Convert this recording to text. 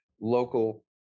local